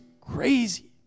crazy